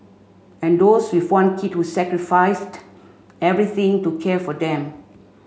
and those with one kid who sacrificed everything to care for them